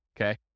okay